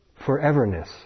foreverness